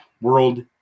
World